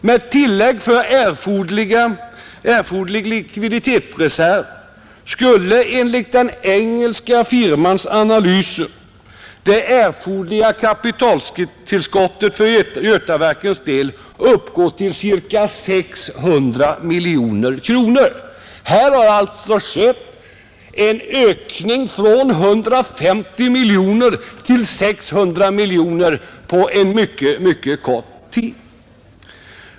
Med tillägg för erforderlig likviditetsreserv skulle enligt den engelska firmans analyser det erforderliga kapitaltillskottet för Götaverkens del utgöra ca 600 miljoner kronor, Här har alltså skett en ökning från 150 miljoner till 600 miljoner på en mycket kort tid.